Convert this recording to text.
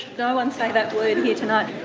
no one say that word here tonight!